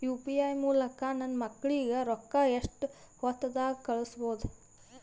UPI ಮೂಲಕ ನನ್ನ ಮಕ್ಕಳಿಗ ರೊಕ್ಕ ಎಷ್ಟ ಹೊತ್ತದಾಗ ಕಳಸಬಹುದು?